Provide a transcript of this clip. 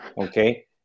okay